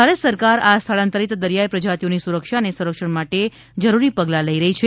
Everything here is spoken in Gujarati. ભારત સરકાર આ સ્થળાંતરીત દરિયાઈ પ્રજાતિઓની સુરક્ષા અને સંરક્ષણ માટે જરૂરી પગલાં લઈ રહી છે